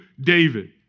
David